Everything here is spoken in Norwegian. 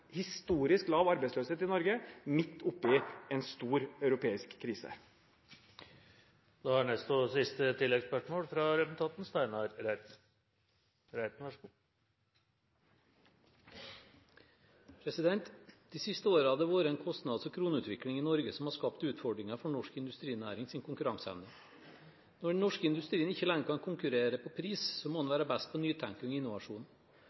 historisk lav arbeidsløshet i Norge midt oppi en stor europeisk krise. Steinar Reiten – til siste oppfølgingsspørsmål. De siste årene har det vært en kostnads- og kroneutvikling i Norge som har skapt utfordringer for norsk industrinærings konkurranseevne. Når den norske industrien ikke lenger kan konkurrere på pris, må den være best på nytenkning og innovasjon.